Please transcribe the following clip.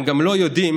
הם גם לא יודעים